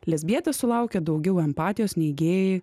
lesbietės sulaukia daugiau empatijos nei gėjai